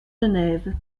geneve